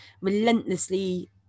relentlessly